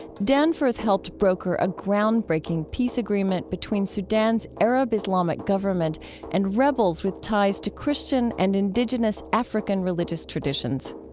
danforth helped broker a groundbreaking peace agreement between sudan's arab islamic government and rebels with ties to christian and indigenous african religious traditions.